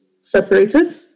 separated